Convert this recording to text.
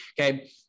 Okay